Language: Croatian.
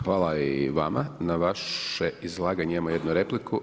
Hvala i vama, na vaše izlaganje imamo jednu repliku.